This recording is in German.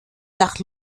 nach